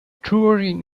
touring